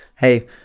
hey